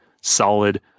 solid